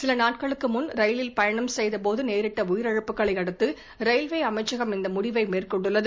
சில நாட்களுக்கு முன் ரயிலில் பயணம் செய்த போது நேரிட்ட உயிரிழப்புகளை அடுத்து ரயில்வே அமைச்சகம் இந்த முடிவை மேற்கொண்டுள்ளது